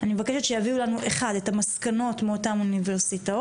אני מבקשת שיביאו לנו את המסקנות מאותן אוניברסיטאות,